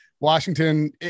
Washington